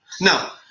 Now